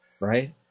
right